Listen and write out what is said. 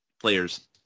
players